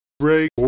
Break